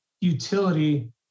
utility